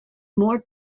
more